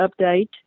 update